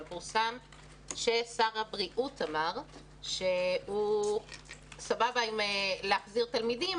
אבל פורסם ששר הבריאות אמר שהוא סבבה עם להחזיר תלמידים,